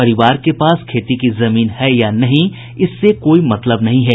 परिवार के पास खेती की जमीन है या नहीं इससे कोई मतलब नहीं है